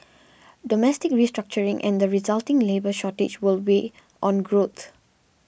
domestic restructuring and the resulting labour shortage will weigh on growth